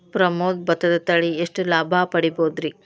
ಪ್ರಮೋದ ಭತ್ತದ ತಳಿ ಎಷ್ಟ ಲಾಭಾ ಮಾಡಬಹುದ್ರಿ?